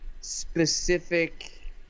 specific